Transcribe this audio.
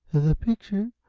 the picture?